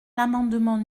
l’amendement